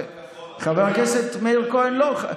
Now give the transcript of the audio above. חבר הכנסת מאיר כהן, לא.